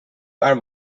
are